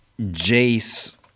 Jace